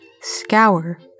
Scour